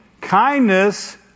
Kindness